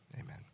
Amen